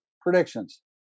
predictions